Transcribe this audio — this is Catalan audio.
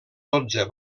dotze